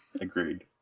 Agreed